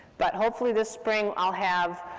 but hopefully, this spring, i'll have